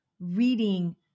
Reading